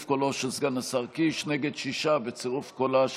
סגן השר קיש, אני מוסיף את קולך בעד.